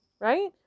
Right